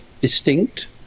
distinct